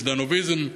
"ז'דנוביזם".